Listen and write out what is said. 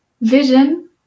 vision